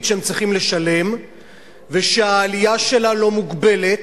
שהם צריכים לשלם וזה שהעלייה שלה לא מוגבלת,